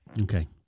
okay